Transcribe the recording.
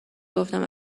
گفتم